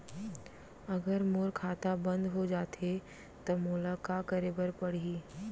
अगर मोर खाता बन्द हो जाथे त मोला का करे बार पड़हि?